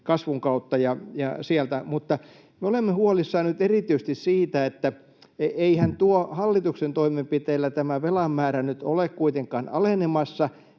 kasvun kautta ja sieltä. Me olemme huolissamme nyt erityisesti siitä, että eihän hallituksen toimenpiteillä tämä velan määrä ole kuitenkaan alenemassa